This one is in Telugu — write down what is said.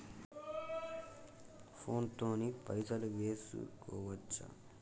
ఫోన్ తోని పైసలు వేసుకోవచ్చా?